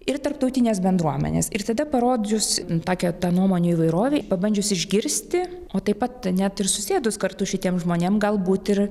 ir tarptautinės bendruomenės ir tada parodžius tokią tą nuomonių įvairovę pabandžius išgirsti o taip pat net ir susėdus kartu šitiems žmonėm galbūt ir